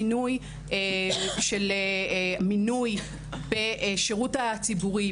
שינוי המינוי בשירות הציבורי,